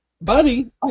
Buddy